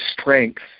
strength